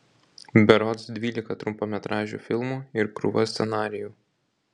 berods dvylika trumpametražių filmų ir krūva scenarijų